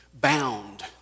Bound